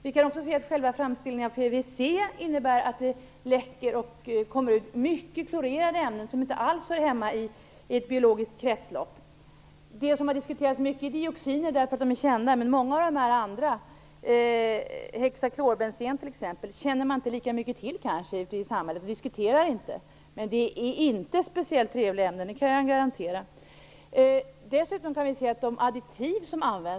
Likadant är det så att det vid själva framställningen av PVC läcker ut mycket av klorerade ämnen som inte alls hör hemma i ett biologiskt kretslopp. Något som har diskuterats mycket är dioxiner, eftersom de är kända, men många av de andra, t.ex. hexaklorbensen, känner man kanske inte riktigt lika mycket till, och de blir inte diskuterade ute i samhället. Jag kan garantera att det inte är fråga om speciellt trevliga ämnen.